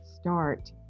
start